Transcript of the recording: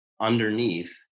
underneath